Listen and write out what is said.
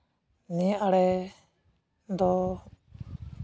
ᱱᱤᱭᱟᱹ ᱟᱬᱮ ᱫᱚ